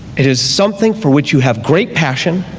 it is something for which you have great passion,